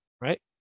right